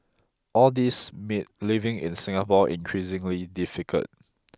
all these made living in Singapore increasingly difficult